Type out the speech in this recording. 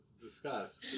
discuss